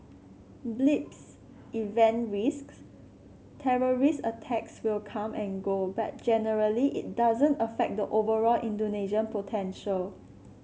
blips event risks terrorist attacks will come and go but generally it doesn't affect the overall Indonesian potential